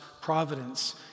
providence